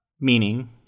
meaning